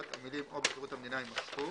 המילים "או בשירות המדינה" יימחקו,